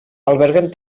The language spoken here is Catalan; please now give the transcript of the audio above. alberguen